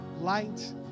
light